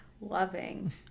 loving